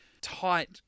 tight